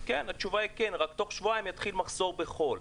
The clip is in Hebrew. התשובה היא, כן, רק תוך שבועיים יתחיל מחסור בחול.